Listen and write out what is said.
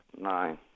Nine